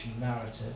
narrative